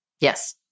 Yes